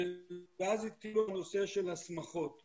ואז התחיל הנושא של השמחות למיניהן.